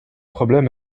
problème